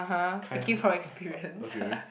kind of okay